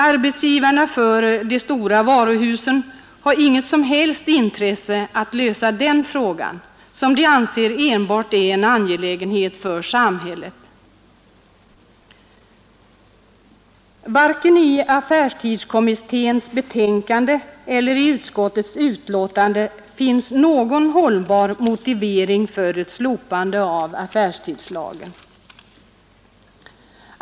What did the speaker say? Arbetsgivarna för de stora varuhusen har inget som helst intresse att lösa den frågan som de anser enbart är en angelägenhet för samhället. Varken i affärstidskommitténs eller utskottets betänkande finns någon hållbar motivering för ett slopande av affärstidslagen.